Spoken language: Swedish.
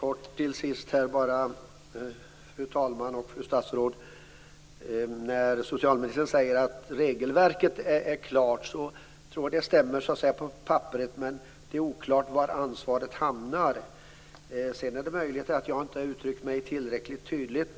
Fru talman! Fru statsråd! När socialministern säger att regelverket är klart tror jag att det stämmer på papperet, men det är oklart var ansvaret hamnar. Det är möjligt att jag inte har uttryckt mig tillräckligt tydligt.